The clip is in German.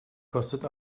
kostet